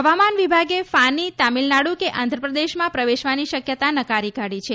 હવામાન વિભાગે ફાની તમિલનાડ્ કે આંધ્રપ્રદેશમાં પ્રવેશવાની શક્યતા નકારી કાઢી છે